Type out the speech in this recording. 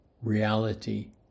reality